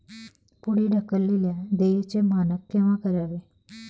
पुढे ढकललेल्या देयचे मानक केव्हा करावे?